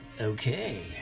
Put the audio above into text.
Okay